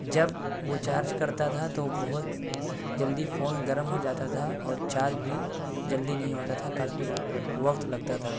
جب وہ چارج کرتا تھا تو بہت جلدی فون گرم ہو جاتا تھا اور چارج بھی جلدی نہیں ہوتا تھا کافی وقت لگتا تھا